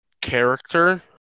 character